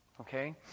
okay